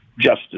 justice